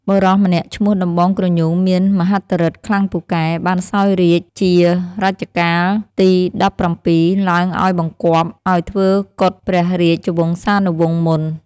បុរសម្នាក់ឈ្មោះដំបងគ្រញូងមានមហិទ្ធិឬទ្ធិខ្លាំងពូកែ បានសោយរាជ្យជា រជ្ជកាលទី១៧ ឡើងឲ្យបង្គាប់ឲ្យធ្វើគុតព្រះរាជវង្សានុវង្សមុន។